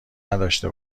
نداشته